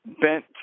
Bent